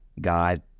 God